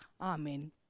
Amen